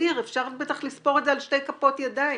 אפשר בטח לספור את זה על שתי כפות ידיים.